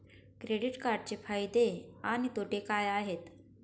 Credit कार्डचे फायदे आणि तोटे काय आहेत?